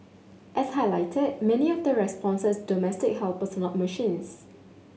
as highlighted many of the responses domestic helpers not machines